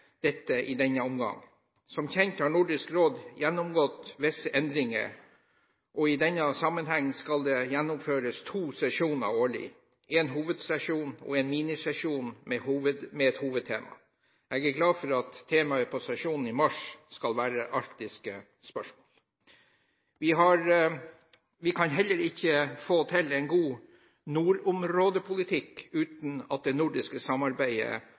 dette i denne omgang. Som kjent har Nordisk Råd gjennomgått visse endringer, og i denne sammenheng skal det gjennomføres to sesjoner årlig – én hovedsesjon og én minisesjon med et hovedtema. Jeg er glad for at temaet på sesjonen i mars skal være arktiske spørsmål. Vi kan heller ikke få til en god nordområdepolitikk uten at det nordiske samarbeidet